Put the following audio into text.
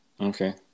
Okay